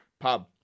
Pub